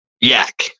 yak